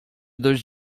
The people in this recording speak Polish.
dość